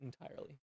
entirely